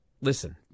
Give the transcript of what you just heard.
listen